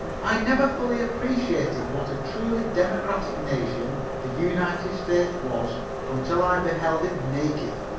i never fully appreciated what a truly democratic nation the united states was until i beheld it naked,